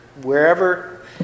wherever